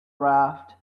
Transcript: raft